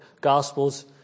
gospels